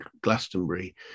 Glastonbury